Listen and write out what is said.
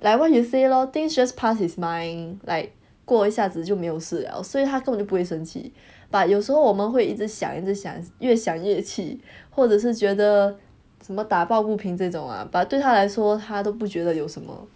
like what you say lor things just passed his mind like 过一下子就没有事了所以他根本就不会生气 but 有时候我们会一直一直想越想越气或者是觉得怎么打报不平这种啊 but 对他来说他都不觉得有什么